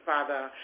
Father